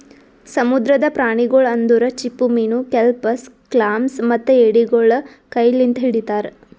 ಸಮುದ್ರದ ಪ್ರಾಣಿಗೊಳ್ ಅಂದುರ್ ಚಿಪ್ಪುಮೀನು, ಕೆಲ್ಪಸ್, ಕ್ಲಾಮ್ಸ್ ಮತ್ತ ಎಡಿಗೊಳ್ ಕೈ ಲಿಂತ್ ಹಿಡಿತಾರ್